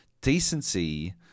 decency